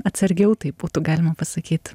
atsargiau taip būtų galima pasakyt